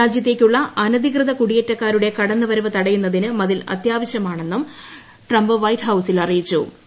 രാജ്യത്തേക്കുള്ളൂ അനധികൃത കുടിയേറ്റക്കാരുടെ കടന്നുവരവ് തടയുന്നതീന് മതിൽ അത്യാവശ്യമാണെന്നും ട്രംപ് വൈറ്റ് ഹൌസിൽ അറീയിച്ചു്